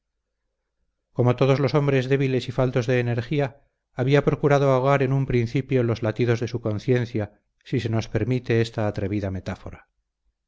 como todos los hombres débiles y faltos de energía había procurado ahogar en un principio los latidos de su conciencia si se nos permite esta atrevida metáfora